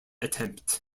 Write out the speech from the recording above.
attempt